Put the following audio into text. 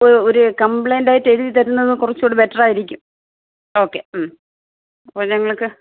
ഓഹ് ഒരു കമ്പ്ലൈൻ്റായിട്ട് എഴുതി തരുന്നത് ഒന്ന് കുറച്ചുകൂടി ബെറ്ററായിരിക്കും ഓക്കെ വിവരങ്ങൾക്ക്